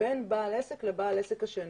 בין בעל עסק לבעל העסק השני.